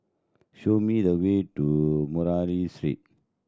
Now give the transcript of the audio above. show me the way to Murray Street